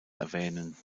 erwähnen